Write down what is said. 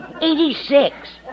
Eighty-six